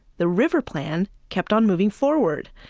the river plan kept on moving forward.